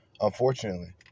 unfortunately